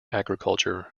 agriculture